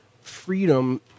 freedom